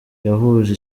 yahuje